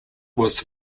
was